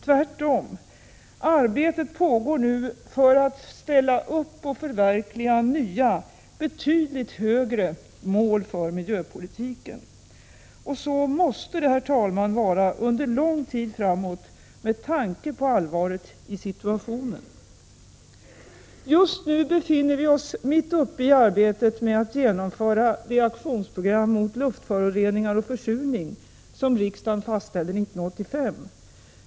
Tvärtom — arbetet pågår nu för att ställa upp och förverkliga nya, betydligt högre mål för miljöpolitiken. Och så måste det, herr talman, vara under lång tid framåt med tanke på allvaret i situationen. Just nu befinner vi oss mitt uppe i arbetet med att genomföra de aktionsprogram mot luftföroreningar och försurning som riksdagen fastställde 1985.